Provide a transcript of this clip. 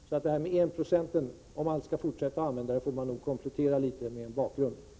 Så att det här med 196, om man nu skall fortsätta att använda det argumentet, får man komplettera med en hel del bakgrundsuppgifter.